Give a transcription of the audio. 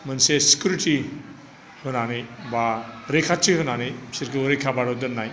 मोनसे सिकिउरिटि होनानै बा रैखाथि होनानै बिसोरखौ रैखाबादाव दोननाय